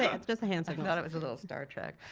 yeah just the hands. i thought it was a little star trek.